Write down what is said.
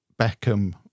Beckham